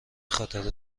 خاطر